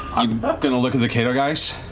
i'm but going to look at the caedogeist.